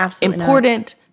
important